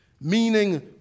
meaning